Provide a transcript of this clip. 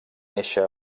néixer